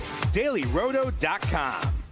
DailyRoto.com